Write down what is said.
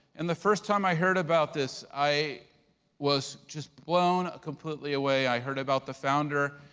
and the first time i heard about this, i was just blown completely away. i heard about the founder,